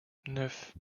neuf